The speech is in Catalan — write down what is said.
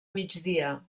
migdia